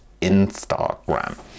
Instagram